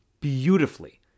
beautifully